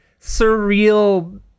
surreal